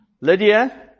Lydia